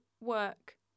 work